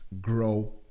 grow